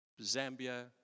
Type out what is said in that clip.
Zambia